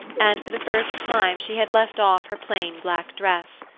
and for the first time she had left off her plain black dress.